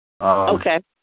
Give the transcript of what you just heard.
Okay